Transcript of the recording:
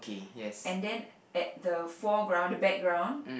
and then at the floor ground the background